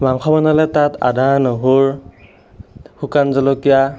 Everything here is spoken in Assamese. মাংস বনালে তাত আদা নহৰু শুকান জলকীয়া